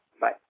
Bye